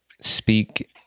speak